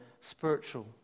spiritual